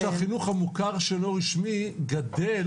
מה שזה אומר, שהחינוך המוכר שאינו רשמי גדל,